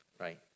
right